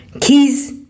Keys